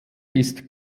ist